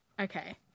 Okay